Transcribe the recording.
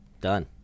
Done